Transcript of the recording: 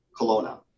Kelowna